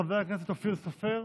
חבר הכנסת אופיר סופר,